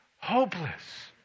hopeless